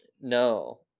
No